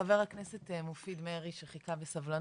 חבר הכנסת מופיד מרעי שחיכה בסבלנות.